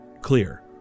clear